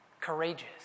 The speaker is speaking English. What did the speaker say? Courageous